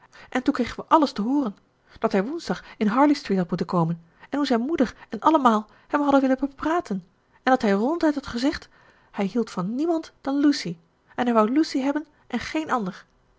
en toen kregen we alles te hooren dat hij woensdag in harley street had moeten komen en hoe zijn moeder en allemaal hem hadden willen bepraten en dat hij ronduit had gezegd hij hield van niemand dan lucy en hij wou lucy hebben en geen ander